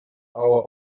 hour